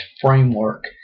framework